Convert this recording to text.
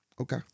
Okay